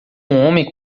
homem